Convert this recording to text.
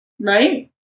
right